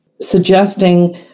suggesting